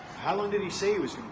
how long did he say he would